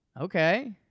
Okay